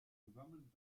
zusammen